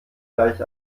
gleich